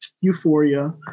Euphoria